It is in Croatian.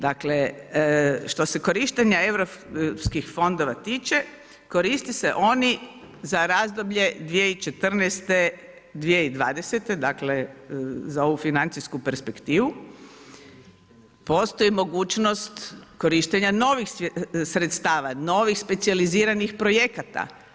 Dakle, što se korištenja europskih fondova tiče, koriste se oni za razdoblje 2014.-2020. dakle, za ovu financijsku perspektive, postoji mogućnost korištenja novih sredstava, novih specijaliziranih projekata.